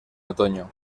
otoño